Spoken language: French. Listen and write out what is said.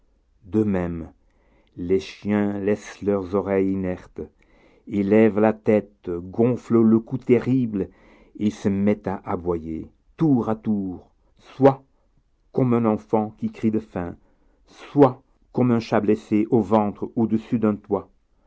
même les chiens laissent leurs oreilles inertes élèvent la tête gonflent le cou terrible et se mettent à aboyer tour à tour soit comme un enfant qui crie de faim soit comme un chat blessé au ventre au-dessus d'un toit